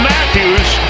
Matthews